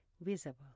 visible